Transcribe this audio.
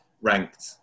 ranked